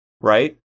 right